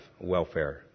welfare